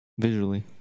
Visually